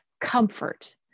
comfort